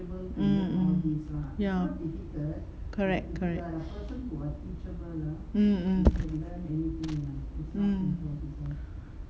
mm mm ya correct correct mm mm mm